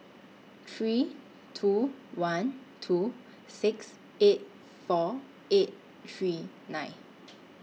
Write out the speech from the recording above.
three two one two six eight four eight three nine